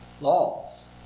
Laws